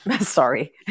Sorry